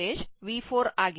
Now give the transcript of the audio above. ಮತ್ತು ಇಲ್ಲಿ ಅದು V1 ಆಗಿದೆ